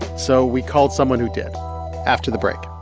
so we called someone who did after the break